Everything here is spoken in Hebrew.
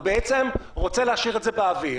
הוא בעצם רוצה להשאיר את זה באוויר,